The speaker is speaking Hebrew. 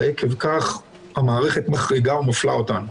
ועקב כך המערכת מחריגה ומפלה אותן.